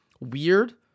Weird